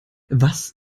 was